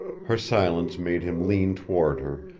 her silence made him lean toward her,